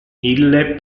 ille